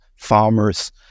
farmers